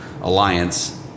Alliance